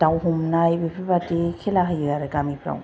दाव हमनाय बेफोर बादि खेला होयो आरो गामिफ्राव